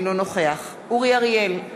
אינו נוכח אורי אריאל,